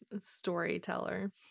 Storyteller